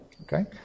Okay